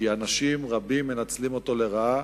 כי אנשים רבים מנצלים אותו לרעה